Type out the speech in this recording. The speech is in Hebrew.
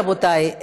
רבותי,